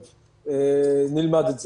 טוב, נלמד את זה.